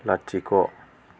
लाथिख'